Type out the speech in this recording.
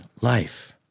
life